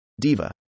DIVA